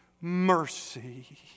mercy